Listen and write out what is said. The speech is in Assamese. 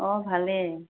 অঁ ভালেই